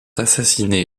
assassiné